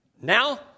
Now